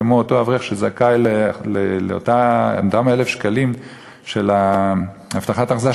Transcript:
כמו אותו אברך שזכאי לאותם 1,000 שקלים של הבטחת הכנסה,